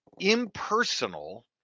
Impersonal